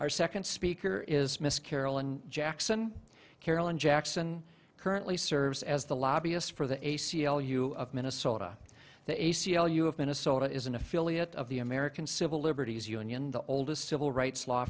our second speaker is miss carolyn jackson carolyn jackson currently serves as the lobbyist for the a c l u of minnesota the a c l u of minnesota is an affiliate of the american civil liberties union the oldest civil rights law